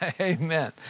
amen